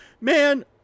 man